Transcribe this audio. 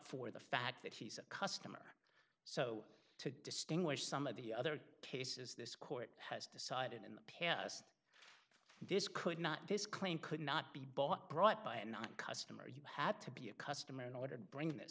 for the fact that he's a customer so to distinguish some of the other cases this court has decided in the past this could not this claim could not be bought brought by a non customer you have to be a customer in order to bring